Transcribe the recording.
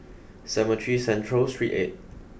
Cemetry Central Street eight